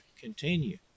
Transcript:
continue